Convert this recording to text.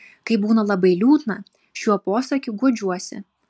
kai būna labai liūdna šiuo posakiu guodžiuosi